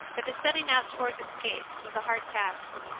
but the setting out towards its gates was a hard task.